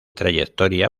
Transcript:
trayectoria